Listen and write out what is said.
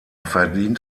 verdient